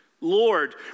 Lord